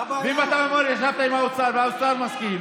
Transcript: אם אתה אומר לי שישבת עם האוצר והשר מסכים,